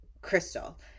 Crystal